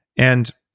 and